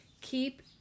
keep